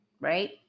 right